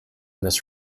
this